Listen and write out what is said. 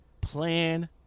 Plan